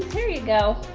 here you go.